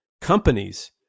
companies